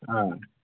অঁ